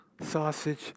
sausage